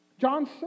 John